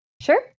Sure